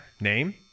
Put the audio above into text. Name